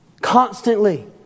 Constantly